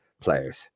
players